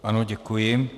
Ano, děkuji.